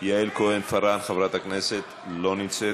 יעל כהן-פארן, חברת הכנסת, לא נמצאת,